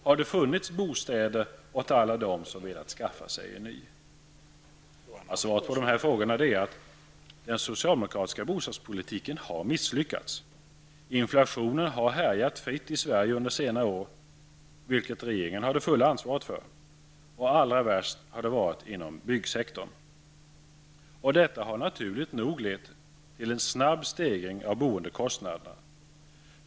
Har det funnits bostäder åt alla dem som velat skaffa sig en ny? Svaret på dessa frågor är att den socialdemokratiska bostadspolitiken har misslyckats. Inflationen har härjat fritt i Sverige under senare år -- vilket regeringen har det fulla ansvaret för -- och allra värst har det varit inom byggsektorn. Detta har naturligt nog lett till en snabb stegring av boendekostnaderna.